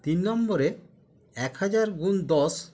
তিন নম্বরে এক হাজার গুণ দশ